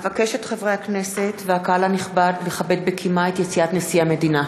אבקש מחברי הכנסת ומהקהל הנכבד לכבד בקימה את יציאת נשיא המדינה.